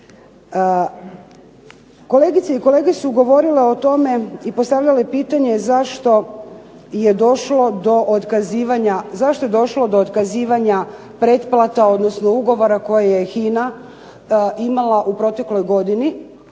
Kolegice i kolege su govorile o tome i postavljale pitanje zašto je došlo do otkazivanja pretplata, odnosno ugovora koje je HINA imala u protekloj godini,